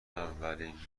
اولین